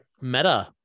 Meta